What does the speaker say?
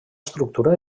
estructura